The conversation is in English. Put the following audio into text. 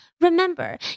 Remember